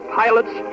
pilots